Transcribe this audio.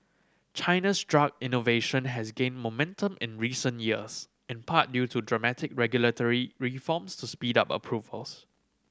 China's drug innovation has gained momentum in recent years in part due to dramatic regulatory reforms to speed up approvals